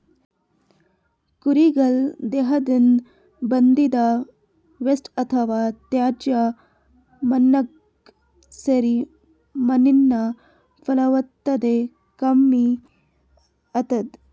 ಕುರಿಗಳ್ ದೇಹದಿಂದ್ ಬಂದಿದ್ದ್ ವೇಸ್ಟ್ ಅಥವಾ ತ್ಯಾಜ್ಯ ಮಣ್ಣಾಗ್ ಸೇರಿ ಮಣ್ಣಿನ್ ಫಲವತ್ತತೆ ಕಮ್ಮಿ ಆತದ್